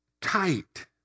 tight